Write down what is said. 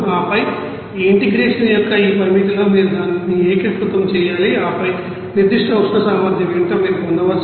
ఆపై ఈ ఇంటిగ్రేషన్ యొక్క ఈ పరిమితిలో మీరు దానిని ఏకీకృతం చేయాలి ఆపై నిర్దిష్ట ఉష్ణ సామర్థ్యం ఏమిటో మీరు పొందవచ్చు